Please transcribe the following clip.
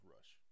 Rush